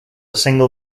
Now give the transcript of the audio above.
single